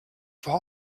war